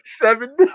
seven